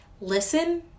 listen